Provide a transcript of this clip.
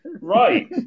Right